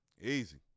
Easy